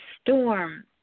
storm